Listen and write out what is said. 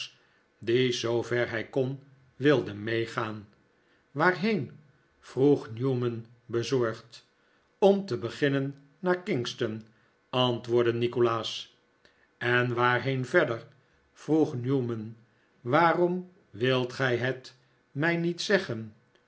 die zoover hij kon wilde meegaan waarheen vroeg newman bezorgd om te beginnen naar kingston antwoordde nikolaas en waarheen verder vroeg newman waarom wilt gij het mij niet zeggen